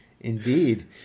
Indeed